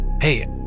Hey